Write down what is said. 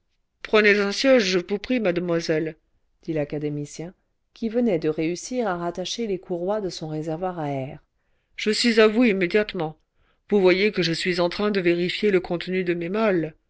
prenez un siège je vous prie mademoiselle dit l'académicien qui venait cle réussir à rattacher les courroies de son réservoir à air je suis à vous immédiatement vous voyez que je suis en train de vérifier le contenu cle mes malles